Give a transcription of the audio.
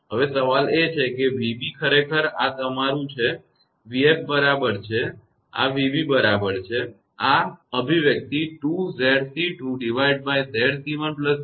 હવે સવાલ એ છે કે 𝑣𝑏 ખરેખર આ તે તમારું છે 𝑣𝑓 બરાબર છે આ v બરાબર છે આ અભિવ્યક્તિ 2𝑍𝑐2 𝑍𝑐1𝑍𝑐2